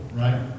right